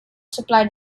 supply